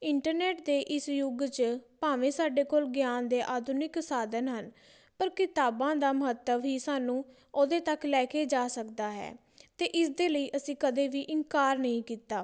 internet ਦੇ ਇਸ ਯੁੱਗ 'ਚ ਭਾਵੇਂ ਸਾਡੇ ਕੋਲ ਗਿਆਨ ਦੇ ਆਧੁਨਿਕ ਸਾਧਨ ਹਨ ਪਰ ਕਿਤਾਬਾਂ ਦਾ ਮਹੱਤਵ ਹੀ ਸਾਨੂੰ ਉਹਦੇ ਤੱਕ ਲੈ ਕੇ ਜਾ ਸਕਦਾ ਹੈ ਅਤੇ ਇਸਦੇ ਲਈ ਅਸੀਂ ਕਦੇ ਵੀ ਇਨਕਾਰ ਨਹੀਂ ਕੀਤਾ